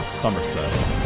Somerset